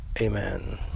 amen